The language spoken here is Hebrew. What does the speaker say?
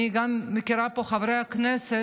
אני מכירה פה גם חברי כנסת